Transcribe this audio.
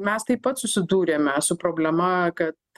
mes taip pat susidūrėme su problema kad